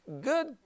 good